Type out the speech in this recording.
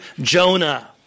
Jonah